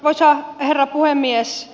arvoisa herra puhemies